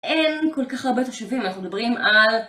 אין כל כך הרבה תושבים ואנחנו מדברים על...